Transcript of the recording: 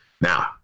Now